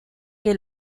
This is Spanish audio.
que